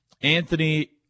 Anthony